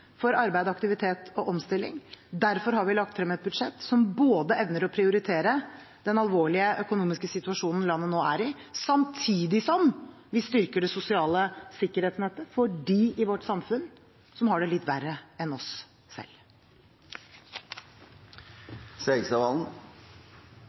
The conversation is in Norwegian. for arbeid, aktivitet og omstilling. Derfor har vi lagt frem et budsjett som evner å prioritere den alvorlige økonomiske situasjonen landet nå er i, samtidig som vi styrker det sosiale sikkerhetsnettet for dem i vårt samfunn som har det litt verre enn oss selv.